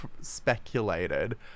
speculated